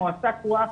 מועצה קרואה,